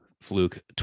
fluke